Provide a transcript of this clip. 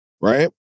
right